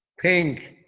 pink!